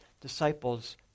disciples